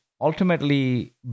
ultimately